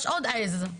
יש עוד עז.